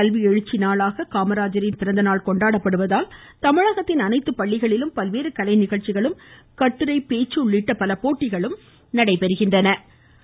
கல்வி எழுச்சி நாளாக காமராஜரின் பிறந்த நாள் கொண்டாடப்படுவதால் தமிழகத்தின் அனைத்து பள்ளிகளிலும் பல்வேறு கலை நிகழ்ச்சிகளும் கட்டுரை பேச்சு உள்ளிட்ட பல போட்டிகளும் நடத்தப்படுகின்றன